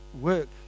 work